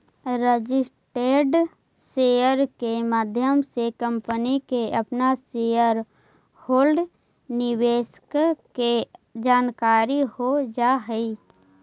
registered share के माध्यम से कंपनी के अपना शेयर होल्डर निवेशक के जानकारी हो जा हई